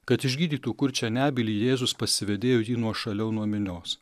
kad išgydytų kurčią nebylį jėzus pasivedėjo jį nuošaliau nuo minios